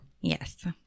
Yes